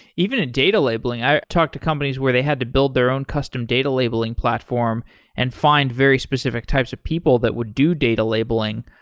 even in data labeling. i talked to companies where they had to build their own custom data labeling platform and find very specific types of people that would do data labeling,